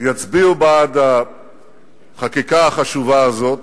יצביעו בעד החקיקה החשובה הזאת.